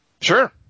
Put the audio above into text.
Sure